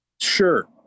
sure